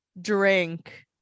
drink